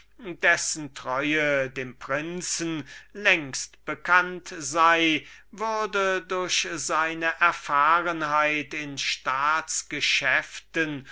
dessen treue dem prinzen längst bekannt sei würde durch seine erfahrenheit in staats geschäften